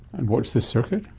and what's the circuit?